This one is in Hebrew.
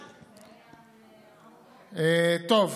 טוב,